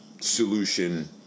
solution